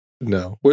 No